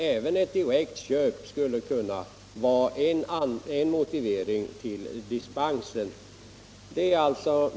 Även ett direkt köp skulle alltså kunna vara en motivering till dispensgivning.